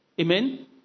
Amen